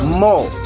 more